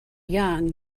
young